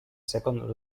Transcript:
second